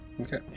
Okay